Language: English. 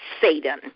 Satan